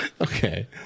Okay